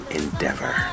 endeavor